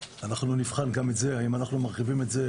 אנחנו נבחן גם את זה, האם אנחנו מרחיבים את זה